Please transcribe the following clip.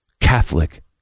Catholic